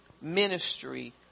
ministry